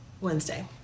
wednesday